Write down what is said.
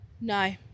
no